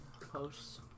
posts